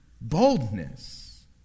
Boldness